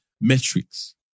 metrics